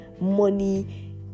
money